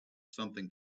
something